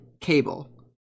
Cable